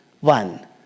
One